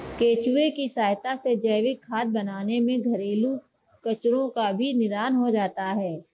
केंचुए की सहायता से जैविक खाद बनाने में घरेलू कचरो का भी निदान हो जाता है